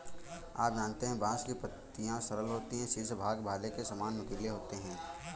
आप जानते है बांस की पत्तियां सरल होती है शीर्ष भाग भाले के सामान नुकीले होते है